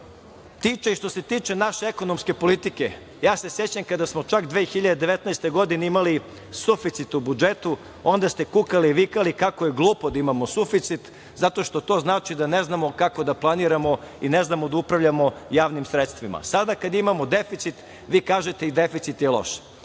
se tiče, i što se tiče naše ekonomske politike, ja se sećam kada smo čak 2019. godine imali suficit u budžetu, onda ste kukali i vikali kako je glupo da imamo suficit, zato što to znači da ne znamo kako da planiramo i ne znamo da upravljamo javnim sredstvima. Sada kad imamo deficit vi kažete i deficit je loš.